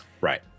right